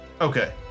Okay